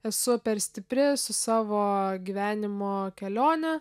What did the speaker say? esu per stipri su savo gyvenimo kelione